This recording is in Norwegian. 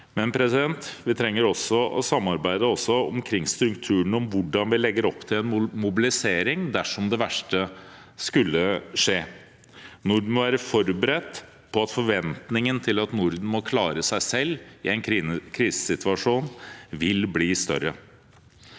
samarbeid, men vi trenger også å samarbeide omkring strukturen om hvordan vi legger opp til en mobilisering dersom det verste skulle skje. Norden må være forberedt på at forventningen til at Norden må klare seg selv i en krisesituasjon, vil bli større.